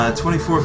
24